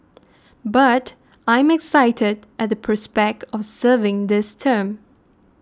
but I'm excited at the prospect of serving this term